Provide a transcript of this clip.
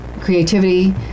creativity